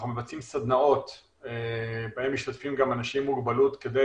אנחנו מבצעים סדנאות בהם משתתפים גם אנשים עם מוגבלות כדי